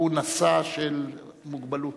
הוא נשא של מוגבלות.